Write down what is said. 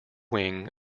wing